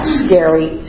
scary